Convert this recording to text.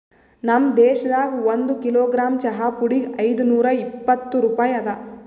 ನಮ್ ದೇಶದಾಗ್ ಒಂದು ಕಿಲೋಗ್ರಾಮ್ ಚಹಾ ಪುಡಿಗ್ ಐದು ನೂರಾ ಇಪ್ಪತ್ತು ರೂಪಾಯಿ ಅದಾ